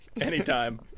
anytime